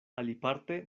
aliparte